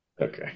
Okay